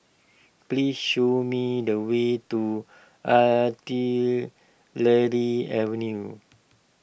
please show me the way to Artillery Avenue